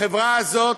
החברה הזאת,